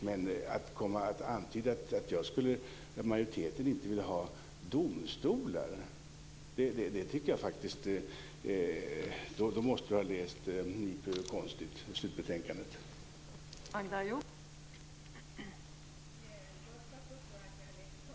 Men om Magda Ayoub antyder att majoriteten inte vill ha domstolar i fråga om detta så måste hon ha läst NIPU:s slutbetänkande på ett konstigt sätt.